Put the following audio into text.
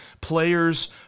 players